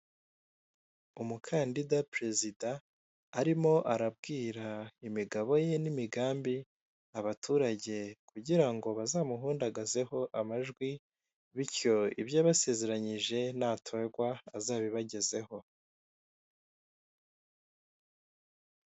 Umukandida perezida arimo arabwira imigabo ye n'imigambi abaturage kugira ngo bazamuhundagazeho amajwi bityo ibyo yabasezeranyije natorwa azabibagezeho.